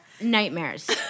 nightmares